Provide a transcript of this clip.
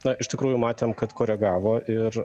na iš tikrųjų matėm kad koregavo ir